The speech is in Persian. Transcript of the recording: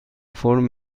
فرم